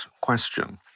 question